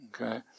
Okay